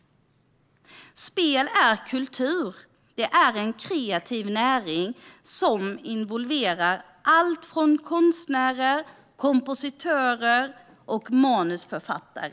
Spel är kultur. Det är en kreativ näring som involverar allt från konstnärer till kompositörer och manusförfattare.